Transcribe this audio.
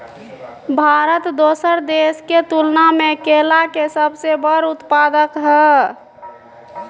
भारत दोसर देश के तुलना में केला के सबसे बड़ उत्पादक हय